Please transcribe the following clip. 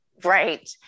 Right